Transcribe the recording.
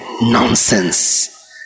nonsense